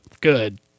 Good